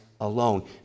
alone